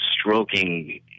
stroking